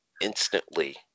instantly